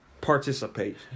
Participate